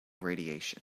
radiation